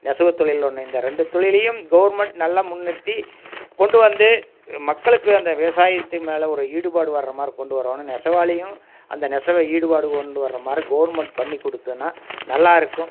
நெசவு தொழில் ஒன்று இந்த ரெண்டு தொழிலையும் கவர்மெண்ட் நல்லா முன்னிறுத்தி கொண்டு வந்து மக்களுக்கு அந்த விவசாயத்து மேலே ஒரு ஈடுபாடு வர்ற மாரி கொண்டு வரணுன் நெசவாளியும் அந்த நெசவ ஈடுபாடு கொண்டு வர்ற மாரி கவர்மெண்ட் பண்ணி கொடுத்ததுன்னா நல்லாயிருக்கும்